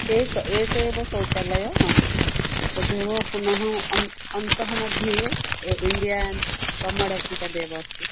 एकः एकः एव शौचालयः तदेव पुनः अन् अन्तः मध्ये इण्डियन् कोमोड् अस्ति तदेव अस्ति